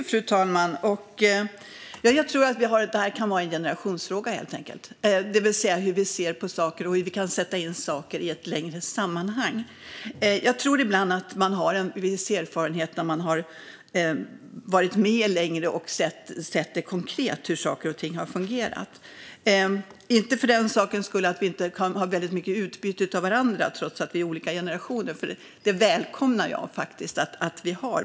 Fru talman! Jag tror att det helt enkelt kan vara en generationsfråga. Det handlar om hur vi ser på saker och hur vi kan sätta in saker i ett längre sammanhang. Jag tror att man ibland har en viss erfarenhet när man varit med längre och sett konkret hur saker och ting har fungerat. Jag säger inte för den sakens skull att vi inte skulle ha väldigt mycket utbyte av varandra, trots att vi är från olika generationer. Det välkomnar jag att vi har.